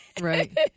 Right